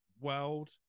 world